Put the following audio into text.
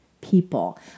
people